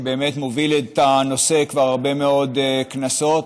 שבאמת מוביל את הנושא כבר הרבה מאוד כנסות,